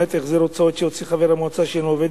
למעט החזר הוצאות שהוציא חבר מועצה שאינו עובד